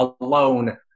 alone